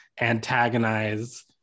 antagonize